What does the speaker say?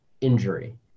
injury